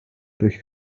durch